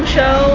Show